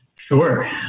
Sure